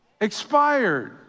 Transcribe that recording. Expired